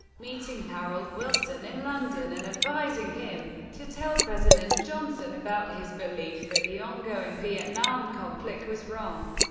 meeting harold wilson in london and advising him to tell president johnson about his belief that the ongoing vietnam conflict was wrong.